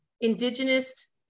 indigenous